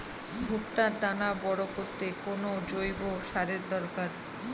ভুট্টার দানা বড় করতে কোন জৈব সারের দরকার?